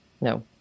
No